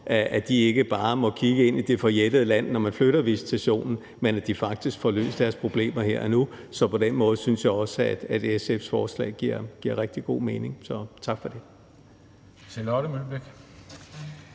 morgen, ikke bare må kigge ind i det forjættede land, når man flytter visitationen, men at de faktisk får løst deres problemer her og nu. Så på den måde synes jeg også, at SF's forslag giver rigtig god mening – så tak for det.